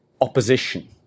opposition